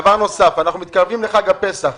דבר נוסף, אנחנו מתקרבים לחג הפסח.